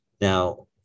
Now